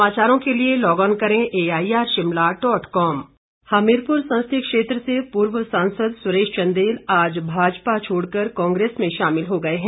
सुरेश चंदेल हमीरपुर संसदीय क्षेत्र से पूर्व सांसद सुरेश चंदेल आज भाजपा छोड़कर कांग्रेस में शामिल हो गए हैं